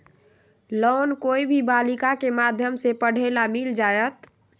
Loan कोई भी बालिका के माध्यम से पढे ला मिल जायत?